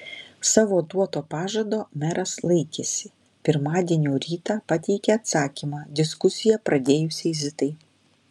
savo duoto pažado meras laikėsi pirmadienio rytą pateikė atsakymą diskusiją pradėjusiai zitai